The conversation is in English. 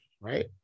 Right